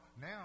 Now